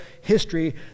history